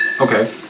Okay